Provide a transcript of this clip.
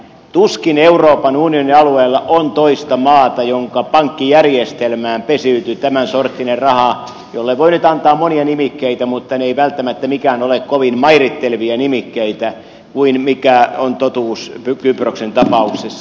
tuskin euroopan unionin alueella on toista maata jonka pankkijärjestelmään pesiytyy tämänsorttinen raha jolle voi nyt antaa monia nimikkeitä mutta välttämättä mitkään niistä eivät ole kovin mairittelevia nimikkeitä kuin mikä on totuus kyproksen tapauksessa